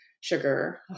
sugar